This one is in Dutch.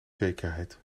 zekerheid